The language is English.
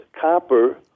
copper